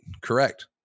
correct